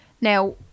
Now